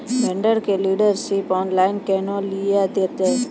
Vendor केर dealership online केहनो लियल जेतै?